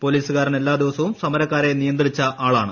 പൊലീസുകാരൻ എല്ലാദിവസവും സമരക്കാരെ നിയന്ത്രിച്ച ആളാണ്